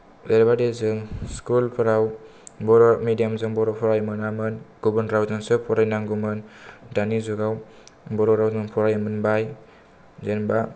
एरैबायदि जों स्कुलफोराव बर' मिडियामजों बर' फरायनो मोनामोन गुबुन रावजोंसो फरायनांगौमोन दानि जुगाव बर' रावजों फरायनो मोनबाय जेनबा